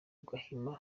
gahima